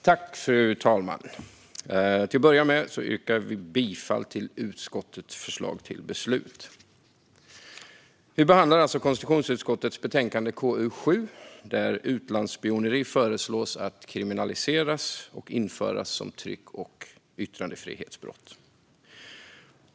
Fru talman! Till att börja med yrkar jag bifall till utskottets förslag till beslut. Vi behandlar alltså konstitutionsutskottets betänkande KU7, där utlandsspioneri föreslås kriminaliseras och införas som ett tryck och yttrandefrihetsbrott.